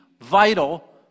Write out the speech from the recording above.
vital